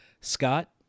Scott